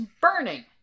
burning